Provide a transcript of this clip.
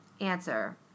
Answer